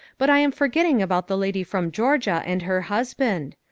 but i am forgetting about the lady from georgia and her husband.